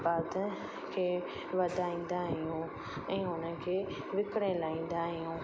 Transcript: उत्पाद खे वधाईंदा आहियूं ऐं उन्हनि खे विकिणे लाहींदा आहियूं